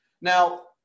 Now